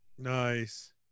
nice